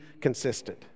consistent